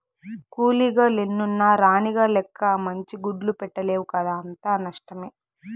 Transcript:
కూలీగ లెన్నున్న రాణిగ లెక్క మంచి గుడ్లు పెట్టలేవు కదా అంతా నష్టమే